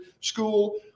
school